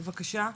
בבקשה.